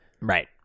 Right